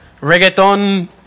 reggaeton